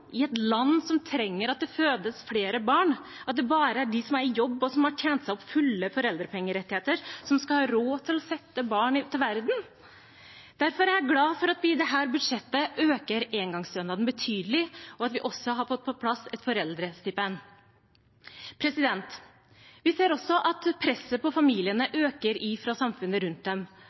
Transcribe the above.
i et land som trenger at det fødes flere barn, at det bare er de som er i jobb, og som har tjent seg opp fulle foreldrepengerettigheter, som skal ha råd til å sette barn til verden. Derfor er jeg glad for at vi i dette budsjettet øker engangsstønaden betydelig, og at vi også har fått på plass et foreldrestipend. Vi ser også at presset på familiene øker fra samfunnet rundt dem.